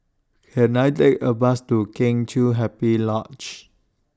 Can I Take A Bus to Kheng Chiu Happy Lodge